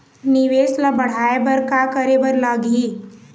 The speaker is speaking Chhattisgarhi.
निवेश ला बड़हाए बर का करे बर लगही?